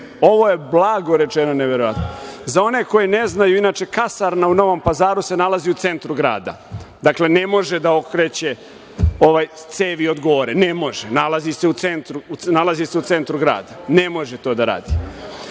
Ovo je, blago rečeno, neverovatno.Za one koji ne znaju, inače, kasarna u Novom Pazaru se nalazi u centru grada. Dakle, ne može da okreće cevi od gore. Ne može. Nalazi se u centru grada. Ne može to da radi. Ovo